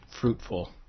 fruitful